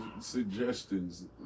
suggestions